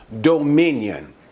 dominion